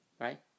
right